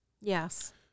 Yes